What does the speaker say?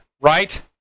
right